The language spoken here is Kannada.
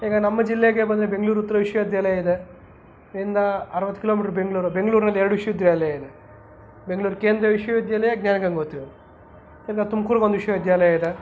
ಈಗ ನಮ್ಮ ಜಿಲ್ಲೆಗೆ ಬಂದರೆ ಬೆಂಗ್ಳೂರು ಉತ್ತರ ವಿಶ್ವವಿದ್ಯಾಲಯ ಇದೆ ಇನ್ನು ಅರುವತ್ತು ಕಿಲೋಮೀಟ್ರ್ ಬೆಂಗಳೂರು ಬೆಂಗ್ಳೂರ್ನಲ್ಲಿ ಎರಡು ವಿಶ್ವವಿದ್ಯಾಲಯ ಇದೆ ಬೆಂಗ್ಳೂರು ಕೇಂದ್ರೀಯ ವಿಶ್ವವಿದ್ಯಾಲಯ ಜ್ಞಾನ ಗಂಗೋತ್ರಿ ಇನ್ನು ತುಮ್ಕೂರ್ಗೊಂದು ವಿಶ್ವವಿದ್ಯಾಲಯ ಇದೆ